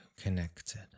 connected